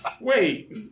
Wait